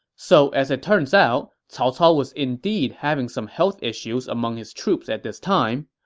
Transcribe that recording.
so as it turns out, cao cao was indeed having some health issues among his troops at this time.